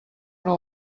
però